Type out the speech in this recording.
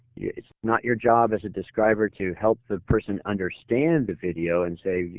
it's not your job as describer to help the person understand the video and say.